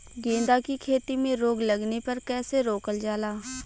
गेंदा की खेती में रोग लगने पर कैसे रोकल जाला?